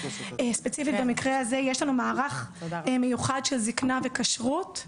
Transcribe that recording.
ספציפית במקרה הזה יש לנו מערך מיוחד של זקנה וכשרות.